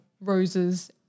roses